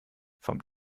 vom